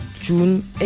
June